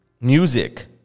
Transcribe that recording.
music